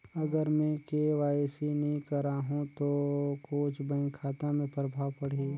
अगर मे के.वाई.सी नी कराहू तो कुछ बैंक खाता मे प्रभाव पढ़ी?